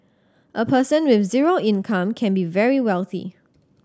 a person with zero income can be very wealthy